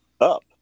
up